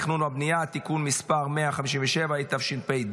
סעיפים 1 4 נתקבלו.